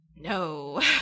No